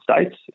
States